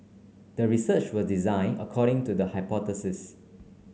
the research was design according to the hypothesis